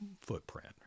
footprint